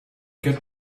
get